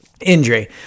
Injury